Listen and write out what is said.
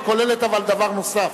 אבל היא כוללת דבר נוסף,